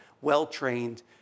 well-trained